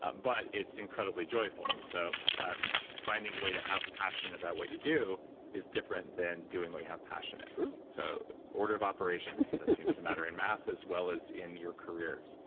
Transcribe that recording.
ah but it's incredibly joyful, so finding a way to have passion about what you do is different than doing what you have passion in true so order of operations seems to matter, in math as well as in your career